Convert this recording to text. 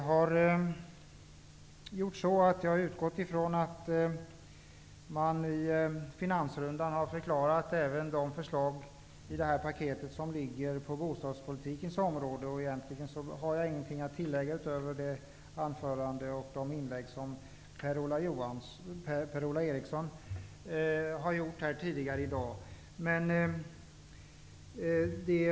Herr talman! Vi har utgått från att man i finansrundan förklarat även de förslag i det här paketet som ligger på bostadspolitikens område. Jag har egentligen ingenting att tillägga till det anförande och de inlägg som Per-Ola Eriksson tidigare i dag har gjort.